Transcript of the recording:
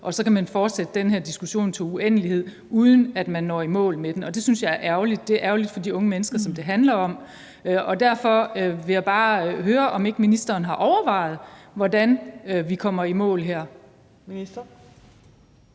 og så kan man fortsætte den her diskussion i uendelighed, uden at man når i mål, og det synes jeg er ærgerligt. Det er ærgerligt for de unge mennesker, som det handler om, og derfor vil jeg bare høre, om ikke ministeren har overvejet, hvordan vi kommer i mål her. Kl.